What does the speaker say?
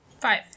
Five